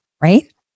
right